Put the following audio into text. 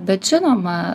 bet žinoma